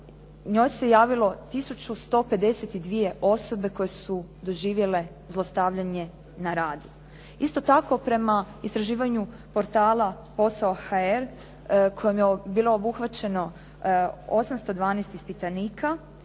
njoj se javilo tisuću 152 osobe koje su doživjele zlostavljanje na radu. Isto tako, prema istraživanju portala Posao.hr kojim je bilo obuhvaćeno 812 ispitanika